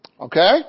Okay